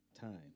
time